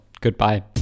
goodbye